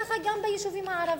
כך גם ביישובים הערביים,